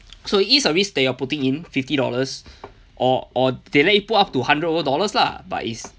so is a risk that you are putting in fifty dollars or or they let you put up to hundred over dollars lah but it's